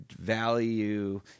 value